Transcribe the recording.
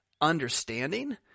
understanding